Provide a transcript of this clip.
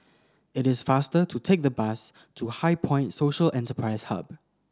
it is faster to take the bus to HighPoint Social Enterprise Hub